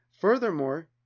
Furthermore